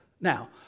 Now